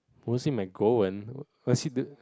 was he might go when was he the